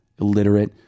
illiterate